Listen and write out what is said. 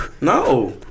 No